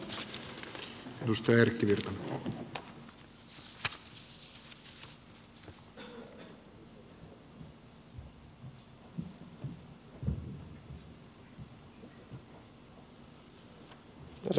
arvoisa puhemies